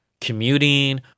commuting